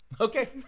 Okay